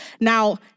Now